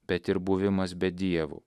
bet ir buvimas be dievo